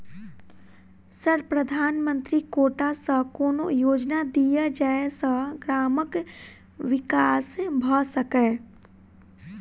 Sir प्रधानमंत्री quota सऽ कोनो योजना दिय जै सऽ ग्रामक विकास भऽ सकै?